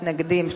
מתנגדים,